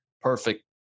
perfect